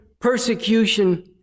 persecution